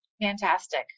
fantastic